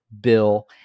bill